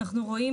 אנחנו רואים